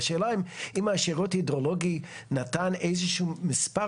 והשאלה היא האם השירות ההידרולוגי נתן איזה שהוא מספר?